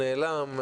נעלם,